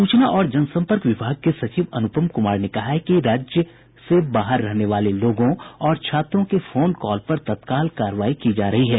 सूचना और जनसंपर्क विभाग के सचिव अन्पम कुमार ने कहा है कि राज्य से बाहर रहने वाले लोगों और छात्रों के फोन कॉल पर तत्काल कार्रवाई की जा रही है